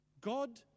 God